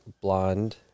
blonde